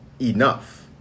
enough